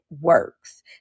works